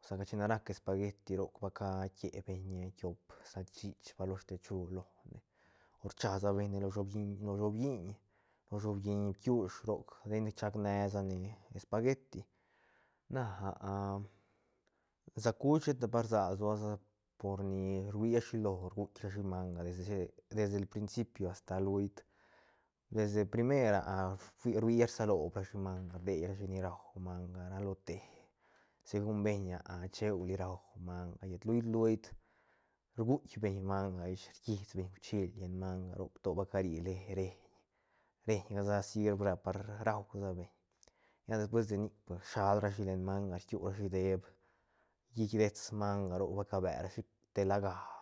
o sa ca china rac espagueti roc ba cakie beñ tiop salchich ba loste chu lone o rchasa beñne lo shob lliiñ-shob lliiñ lo shob lliiñ bkiush roc ten chac nesane espagueti na sä cuch sheta pa rsag lsoa sa por ni rhui shilo rguc rashi manga desde- desde el principio ta luult desde primer rui rsa roob rashi manga rdeirashi ni rau manga ra lo te segun beñ cheuli rau manga llet luit luit rguitk beñ manga ish rquisbeñ uichil lleñ manga roc to ba carine re- reiñ reiñ ga sa sirb par rausabeñ lla despues de nic pues shalrashi len manga kiurashi deep llit dets manga roc ba cabe rashi te la ga